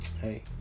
hey